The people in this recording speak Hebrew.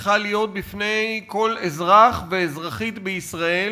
צריכה להיות בפני כל אזרח ואזרחית בישראל,